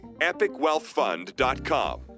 Epicwealthfund.com